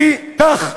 וכך העניין.